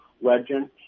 legend